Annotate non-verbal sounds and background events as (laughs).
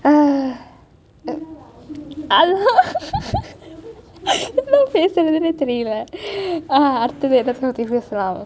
err (laughs) எவ்வளவு நேரம் தான் பேசுறது தெரியலே:evvalavu neram thaan pesurathu theriyalai that is all people ~